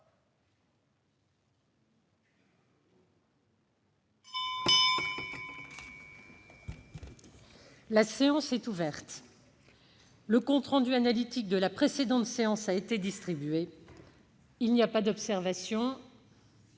La séance est ouverte. Le compte rendu analytique de la précédente séance a été distribué. Il n'y a pas d'observation